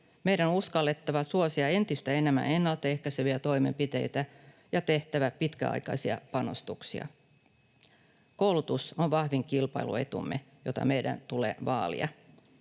Meidän on uskallettava suosia entistä enemmän ennaltaehkäiseviä toimenpiteitä ja tehtävä pitkäaikaisia panostuksia. Koulutus on vahvin kilpailuetumme, jota meidän tulee vaalia.